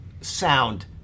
sound